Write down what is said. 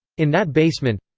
in that basement